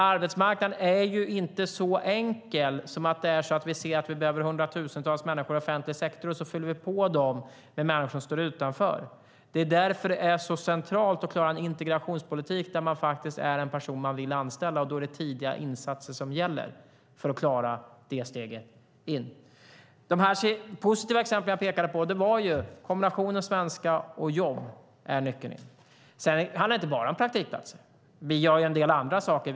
Arbetsmarknaden är inte så enkel som att vi ser att vi behöver hundratusentals människor i offentlig sektor, och så fyller vi på där med människor som står utanför. Det är därför det är så centralt att klara en integrationspolitik där den invandrade faktiskt är en person man vill anställa, och då är det tidiga insatser som gäller för att klara det steget in. De positiva exemplen jag pekade på var där kombinationen svenska och jobb är nyckeln in. Det handlar dock inte bara om praktikplatser, utan vi gör en del andra saker.